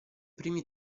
primi